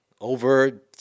over